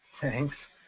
Thanks